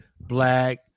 black